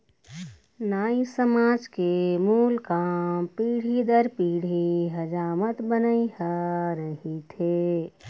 नाई समाज के मूल काम पीढ़ी दर पीढ़ी हजामत बनई ह रहिथे